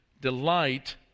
delight